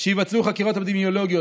שיבצעו חקירות אפידמיולוגיות.